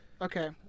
Okay